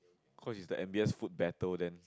cause it's the M B S food battle then